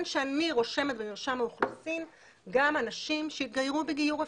שאני רושמת במרשם האוכלוסין גם אנשים שהתגיירו בגיור רפורמי.